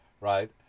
right